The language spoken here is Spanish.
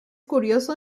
curioso